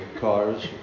cars